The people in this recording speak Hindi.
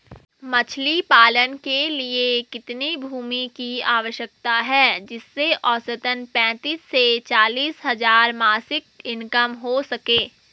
मछली पालन के लिए कितनी भूमि की आवश्यकता है जिससे औसतन पैंतीस से चालीस हज़ार मासिक इनकम हो सके?